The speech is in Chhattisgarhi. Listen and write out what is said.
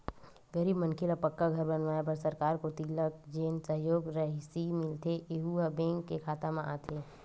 गरीब मनखे ल पक्का घर बनवाए बर सरकार कोती लक जेन सहयोग रासि मिलथे यहूँ ह बेंक के खाता म आथे